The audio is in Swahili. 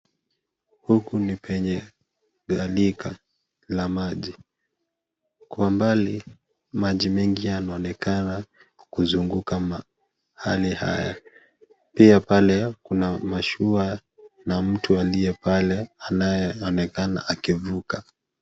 Huku ni penye gharika la maji, kwa umbali, maji mengi yanaonekana kuzunguka mahali haya pia pale kuna mashua na mtu aliye pale anayeonekana akivuka.